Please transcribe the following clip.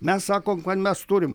mes sakom kad mes turim